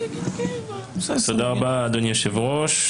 תודה רבה, אדוני היושב-ראש.